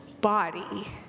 body